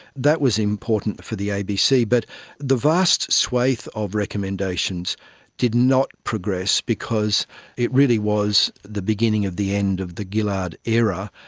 that was important for the abc. but the vast swathe of recommendations did not progress because it really was the beginning of the end of the gillard era,